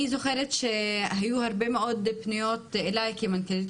אני זוכרת שהיו הרבה מאוד פניות אליי כמנכ"לית